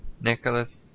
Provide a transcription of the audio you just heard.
Nicholas